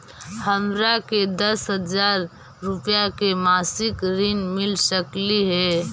हमरा के दस हजार रुपया के मासिक ऋण मिल सकली हे?